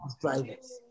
drivers